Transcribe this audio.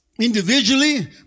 individually